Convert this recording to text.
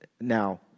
Now